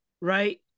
right